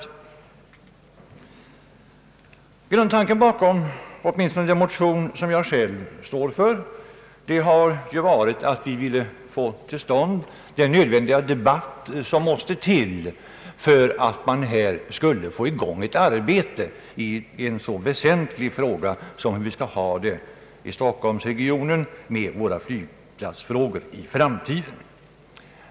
Grundtanken bakom åtminstone den motion som jag själv står för har varit, att vi önskat få till stånd den debatt som måste till i en så väsentlig fråga som hur vi skall ha det i framtiden med våra flygfält i stockholmsregionen.